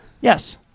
Yes